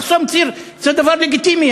לחסום ציר זה דבר לגיטימי.